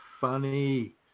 funny